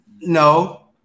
No